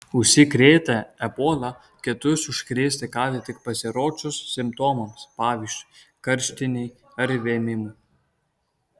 užsikrėtę ebola kitus užkrėsti gali tik pasirodžius simptomams pavyzdžiui karštinei ar vėmimui